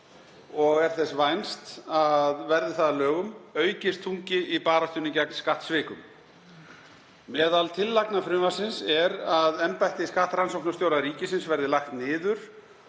og er þess vænst að verði það að lögum aukist þungi í baráttunni gegn skattsvikum. Meðal tillagna frumvarpsins er að embætti skattrannsóknarstjóra ríkisins verði lagt niður